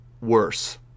worse